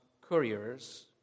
couriers